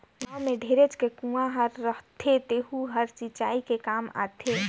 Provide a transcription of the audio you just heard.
गाँव में ढेरे के कुँआ रहथे तेहूं हर सिंचई के काम आथे